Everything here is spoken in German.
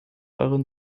euren